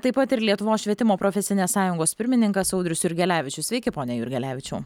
taip pat ir lietuvos švietimo profesinės sąjungos pirmininkas audrius jurgelevičius sveiki pone jurgelevičiau